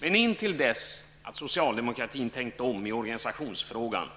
Men intill dess att socialdemokratin tänkt om i organisationsfrågan